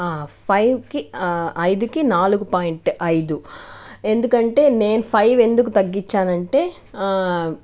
ఫైవ్కి ఐదుకి నాలుగు పాయింట్ ఐదు ఎందుకంటే నేను ఫైవ్ ఎందుకు తగ్గించానంటే